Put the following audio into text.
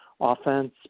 offense